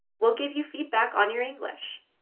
we'll give you feedback on your english.